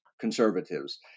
conservatives